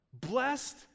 Blessed